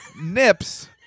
nips